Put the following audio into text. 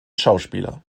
schauspieler